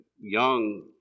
young